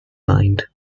mind